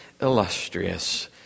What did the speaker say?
illustrious